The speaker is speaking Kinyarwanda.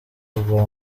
rwa